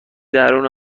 درون